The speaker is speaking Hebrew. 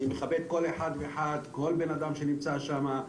אני מכבד כל אדם שנמצא שם,